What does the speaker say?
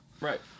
Right